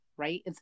Right